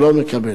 אם זה נכון,